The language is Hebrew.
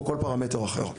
או כל פרמטר אחר.